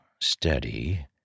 steady